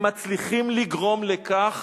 הם מצליחים לגרום לכך